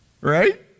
Right